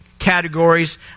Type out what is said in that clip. categories